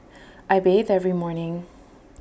I bathe every morning